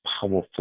powerful